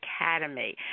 academy